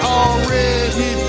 already